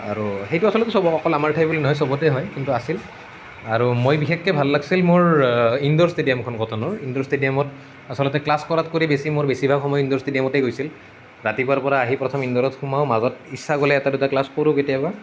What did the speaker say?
আৰু সেইটো আচলতে চব অকল আমাৰ ঠাই বুলি নহয় চবতে হয় কিন্তু আছিল আৰু মই বিশেষকৈ ভাল লাগিছিল মোৰ ইনডোৰ ষ্টেডিয়ামখন কটনৰ আচলতে ক্লাছ কৰাত কৰি বেছি মোৰ বেছিভাগ সয়ম ইনডোৰ ষ্টেডিয়ামতেই গৈছিল ৰাতিপুৱাৰ পৰা আহি প্ৰথম ইনডোৰতে সোমাওঁ মাজত ইচ্ছা গ'লে এটা দুটা ক্লাছ কৰোঁ কেতিয়াবা